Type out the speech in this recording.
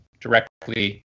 directly